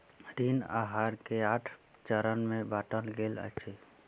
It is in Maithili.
ऋण आहार के आठ चरण में बाटल गेल अछि